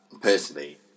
personally